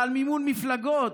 על מימון מפלגות,